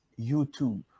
YouTube